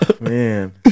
man